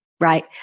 Right